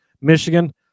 Michigan